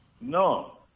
no